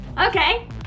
okay